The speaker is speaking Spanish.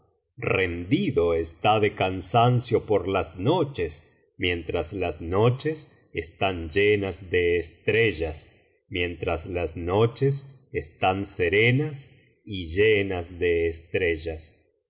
rendido está de cansancio por las noches mientras las noches están llenas de estrellas mientras las noches estan serenas y llenas de estrellas